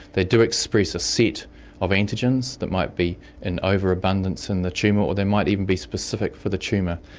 they do express a set of antigens that might be in overabundance in the tumour, or they might even be specific for the tumour,